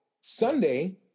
Sunday